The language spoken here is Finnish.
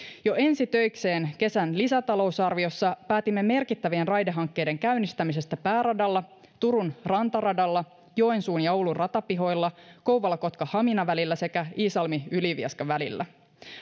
jo ensi töiksemme kesän lisätalousarviossa päätimme merkittävien raidehankkeiden käynnistämisestä pääradalla turun rantaradalla joensuun ja oulun ratapihoilla kouvola kotka hamina välillä sekä iisalmi ylivieska välillä